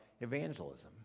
evangelism